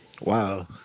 Wow